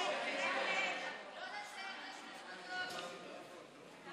לוועדה את הצעת חוק-יסוד: ישראל,